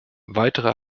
weitere